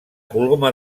coloma